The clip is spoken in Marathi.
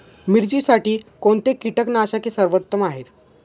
मिरचीसाठी कोणते कीटकनाशके सर्वोत्तम आहे?